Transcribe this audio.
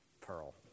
pearl